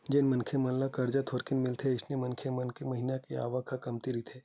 जेन मनखे मन ल करजा थोरेकन मिलथे अइसन मनखे मन के महिना के आवक ह कमती रहिथे